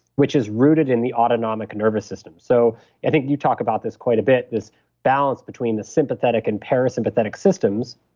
which is rooted in the autonomic nervous system. so i think you talk about this quite a bit, this balance between the sympathetic and parasympathetic systems,